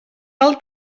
tal